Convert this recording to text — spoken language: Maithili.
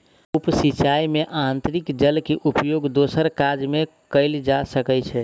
उप सिचाई में अतरिक्त जल के उपयोग दोसर काज में कयल जा सकै छै